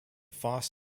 foss